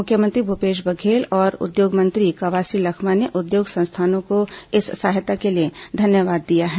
मुख्यमंत्री भूपेश बघेल और उद्योग मंत्री कवासी लखमा ने उद्योग संस्थानों को इस सहायता के लिए धन्यवाद दिया है